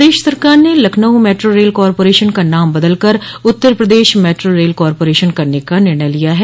प्रदेश सरकार ने Lucknow metro rail corporation का नाम बदल कर Uttar Pradesh metro rail corporation करने का निर्णय लिया है